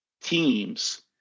teams